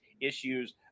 issues